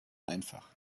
einfach